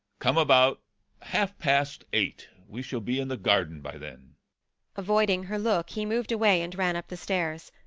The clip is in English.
come about half-past eight. we shall be in the garden by then avoiding her look, he moved away and ran up the stairs.